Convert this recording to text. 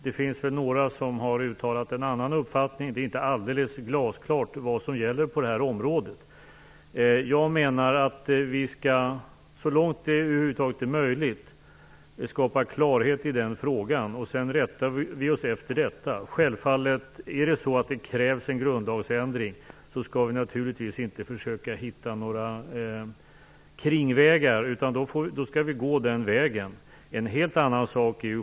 Det finns några som har uttalat en annan uppfattning. Det är inte alldeles glasklart vad som gäller på det här området. Jag menar att vi så långt det över huvud taget är möjligt skall skapa klarhet i den frågan. Sedan rättar vi oss efter detta. Om det krävs en grundlagsändring skall vi naturligtvis inte försöka hitta några kringvägar, utan då skall vi gå den vägen.